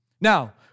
Now